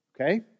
Okay